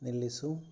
ನಿಲ್ಲಿಸು